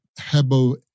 hebo